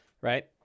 right